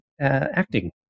acting